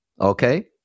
okay